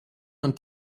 und